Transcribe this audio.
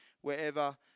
wherever